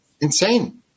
insane